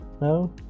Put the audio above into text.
no